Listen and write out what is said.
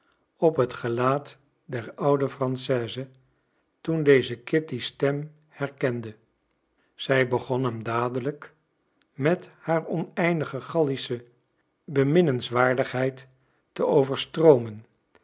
op het gelaat der oude française toen deze kitty's stem herkende zij begon hem dadelijk met haar oneindige gallische beminnenswaardigheid te overstroomen